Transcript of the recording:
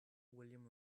william